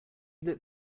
that